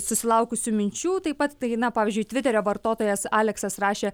susilaukusių minčių taip pat tai na pavyzdžiui tviterio vartotojas aleksas rašė